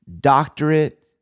doctorate